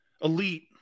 elite